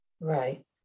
Right